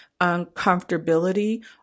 uncomfortability